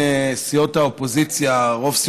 רוב סיעות האופוזיציה,